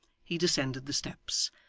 he descended the steps,